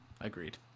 Agreed